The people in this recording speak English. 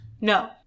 no